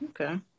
okay